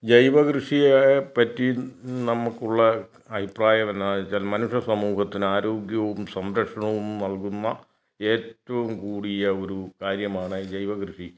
ജൈവ കൃഷിയെ പറ്റി നമുക്കുള്ള അഭിപ്രായം എന്താണെന്നു വെച്ചാൽ മനുഷ്യ സമൂഹത്തിന് ആരോഗ്യവും സംരക്ഷണവും നൽകുന്ന ഏറ്റവും കൂടിയ ഒരു കാര്യമാണ് ജൈവ കൃഷി